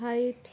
height